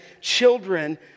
children